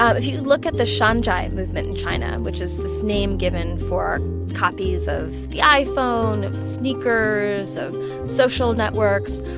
if you'd look at the shan zhai movement in china, which is this name given for copies of the iphone, of sneakers, of social networks,